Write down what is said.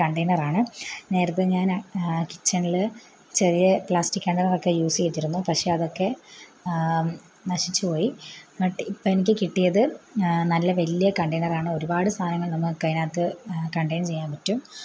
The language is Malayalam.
കണ്ടെയ്നർ ആണ് നേരത്തെ ഞാൻ കിച്ചണിൽ ചെറിയ പ്ലാസ്റ്റിക്ക് കണ്ടെയ്നറൊക്കെ യൂസ് ചെയ്തിരുന്നു പക്ഷേ അതൊക്കെ നശിച്ച് പോയി എന്നിട്ട് ഇപ്പം എനിക്ക് കിട്ടിയത് നല്ല വലിയ കണ്ടെയ്നർ ആണ് ഒരുപാട് സാധനങ്ങൾ നമുക്ക് അതിനകത്ത് കണ്ടൈൻ ചെയ്യാൻ പറ്റും